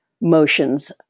motions